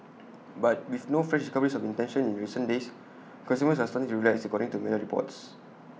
but with no fresh discoveries of intention in recent days consumers are starting to relax according to media reports